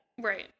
Right